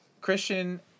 christian